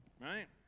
right